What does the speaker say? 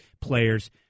players